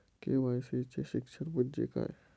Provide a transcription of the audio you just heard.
KYC चे शिक्षण म्हणजे काय?